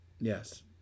Yes